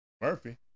Murphy